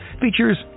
features